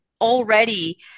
already